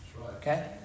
okay